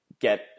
get